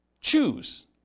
choose